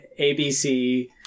ABC